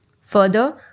Further